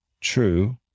true